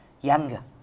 younger